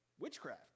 witchcraft